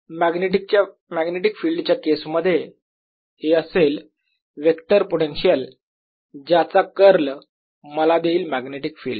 magnetic field च्या case मध्ये हे असेल वेक्टर पोटेन्शियल ज्याचा कर्ल मला देईल मॅग्नेटिक फिल्ड